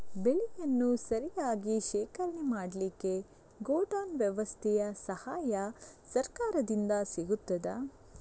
ಬೆಳೆಯನ್ನು ಸರಿಯಾಗಿ ಶೇಖರಣೆ ಮಾಡಲಿಕ್ಕೆ ಗೋಡೌನ್ ವ್ಯವಸ್ಥೆಯ ಸಹಾಯ ಸರಕಾರದಿಂದ ಸಿಗುತ್ತದಾ?